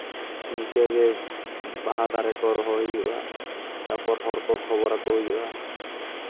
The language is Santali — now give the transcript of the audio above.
ᱤᱱᱠᱟᱹᱜᱮ ᱵᱟᱦᱟ ᱫᱟᱨᱮ ᱠᱚ ᱨᱚᱦᱚᱭ ᱦᱩᱭᱩᱜᱼᱟ ᱛᱟᱨᱯᱚᱨ ᱦᱚᱲᱠᱚ ᱠᱷᱚᱵᱚᱨ ᱟᱠᱚ ᱦᱩᱭᱩᱜᱼᱟ